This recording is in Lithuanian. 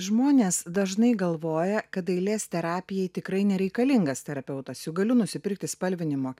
žmonės dažnai galvoja kad dailės terapija tikrai nereikalingas terapeutas juk galiu nusipirkti spalvinimo